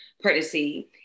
pregnancy